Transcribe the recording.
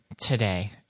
today